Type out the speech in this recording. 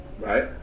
Right